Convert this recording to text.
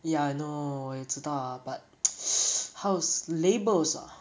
ya I know 我也知道 ah but how to s~ labels ah